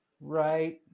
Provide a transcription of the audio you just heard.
right